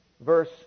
Verse